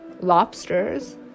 lobsters